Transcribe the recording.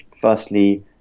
firstly